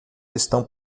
estão